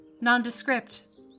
nondescript